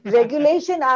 Regulation